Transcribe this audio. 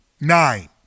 Nine